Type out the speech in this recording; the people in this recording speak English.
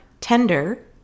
tender